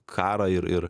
karą ir ir